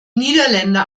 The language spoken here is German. niederländer